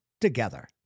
together